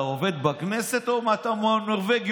אתה עובד בכנסת או שאתה מהנורבגי?